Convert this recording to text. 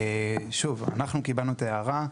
שוב, אנחנו קיבלנו את ההערה.